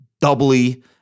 doubly